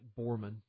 Borman